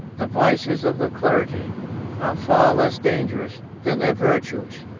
the vices of the clergy are far less dangerous than their virtues.